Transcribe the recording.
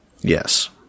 Yes